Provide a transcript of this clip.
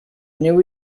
neu